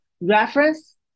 reference